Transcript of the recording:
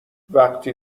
وقتی